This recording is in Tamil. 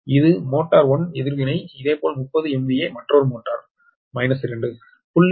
இது மோட்டார் 1 எதிர்வினை இதேபோல் 30 MVA மற்றொரு மோட்டார் 2 0